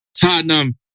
Tottenham